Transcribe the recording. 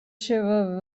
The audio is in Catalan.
seva